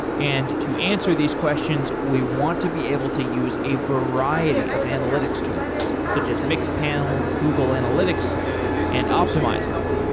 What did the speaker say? and to answer these questions, we want to be able to use a variety of analytics tools, such as mixed panel, google analytics and optimizely.